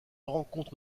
rencontre